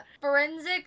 Forensic